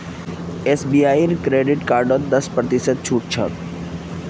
HDFC बैंकेर credit कार्डत दस प्रतिशत छूट छ